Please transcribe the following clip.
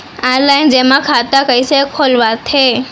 Online जेमा खाता कइसे खोलवाथे?